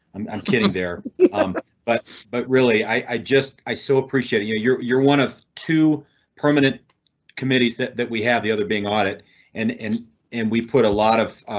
i'm kidding there but but really i just i so appreciate your your one of two permanent committees that that we have the other being audit and and and we put a lot of.